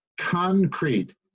concrete